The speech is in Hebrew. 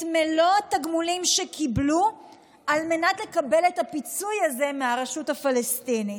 מלוא התגמולים שקיבלו על מנת לקבל את הפיצוי הזה מהרשות הפלסטינית.